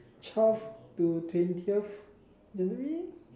twelve to twentieth January